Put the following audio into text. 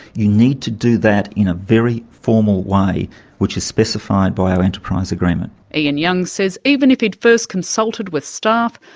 you need to do that in a very formal way which is specified by our enterprise agreement. ian young says even if he'd first consulted with staff,